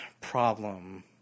problem